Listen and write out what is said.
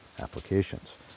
applications